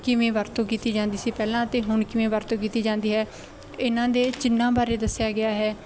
ਕਿਵੇਂ ਵਰਤੋਂ ਕੀਤੀ ਜਾਂਦੀ ਸੀ ਪਹਿਲਾਂ ਅਤੇ ਹੁਣ ਕਿਵੇਂ ਵਰਤੋਂ ਕੀਤੀ ਜਾਂਦੀ ਹੈ ਇਨ੍ਹਾਂ ਦੇ ਚਿੰਨ੍ਹਾਂ ਬਾਰੇ ਦੱਸਿਆ ਗਿਆ ਹੈ